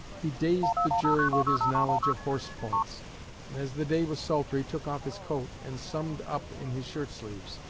he dazed the jury with his knowledge of horse points and as the day was sultry, took off his coat and summed up in his shirt-sleeves.